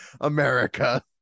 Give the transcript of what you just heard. America